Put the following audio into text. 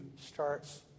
starts